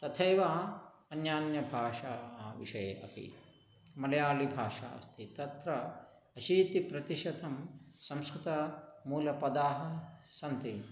तथैव अन्यान्या भाषा विषये अपि मलयाळिभाषा अस्ति तत्र अशीतिः प्रतिशतं संस्कृतमूलपदाः सन्ति